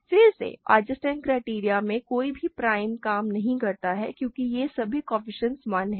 फिर से Eisenstein criterion में कोई भी प्राइम काम नहीं करता है क्योंकि यहाँ सभी कोएफ़िशिएंट्स 1 हैं